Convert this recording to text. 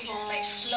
oh